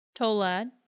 Tolad